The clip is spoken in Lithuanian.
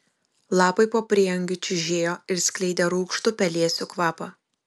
lapai po prieangiu čiužėjo ir skleidė rūgštų pelėsių kvapą